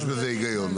יש בזה היגיון.